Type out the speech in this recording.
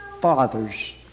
fathers